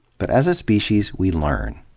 but as a species, we learn,